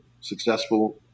successful